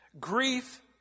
Grief